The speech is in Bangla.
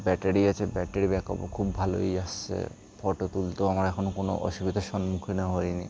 ব্যাটারি আছে ব্যাটারি ব্যাক আপও খুব ভালোই আসছে ফটো তুলতেও আমার এখনও কোনো অসুবিধার সম্মুখীন হইনি